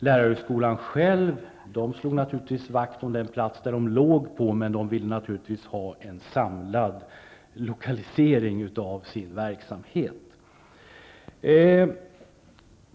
Lärarhögskolan själv slog vakt om den plats som skolan låg på men vill naturligtvis ha en samlad lokalisering av sin verksamhet.